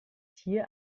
hier